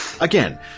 Again